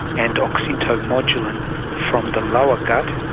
and oxyntomodulin from the lower gut,